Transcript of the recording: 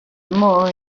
more